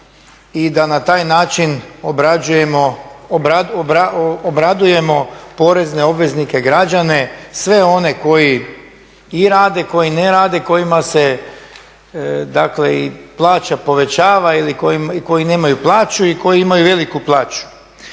i da na taj način obradujemo porezne obveznike, građane, sve one koji i rade, koji ne rade, kojima se, dakle i plaća povećava i koji nemaju plaću i koji imaju veliku plaću.